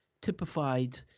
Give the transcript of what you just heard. typified